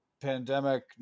pandemic